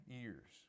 years